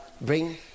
bring